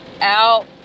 out